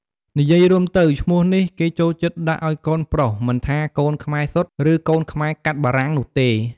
និយាយរួមទៅឈ្មោះនេះគេចូលចិត្តដាក់អោយកូនប្រុសមិនថាកូនខ្មែរសុទ្ធ ឬកូនខ្មែរកាត់បារាំងនោះទេ។